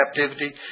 captivity